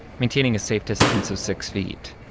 maintaining a safe distance of six feet.